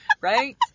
Right